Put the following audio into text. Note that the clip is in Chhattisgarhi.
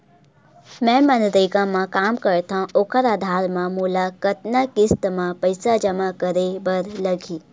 मैं मनरेगा म काम करथव, ओखर आधार म मोला कतना किस्त म पईसा जमा करे बर लगही?